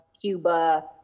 Cuba